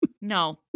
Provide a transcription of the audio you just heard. No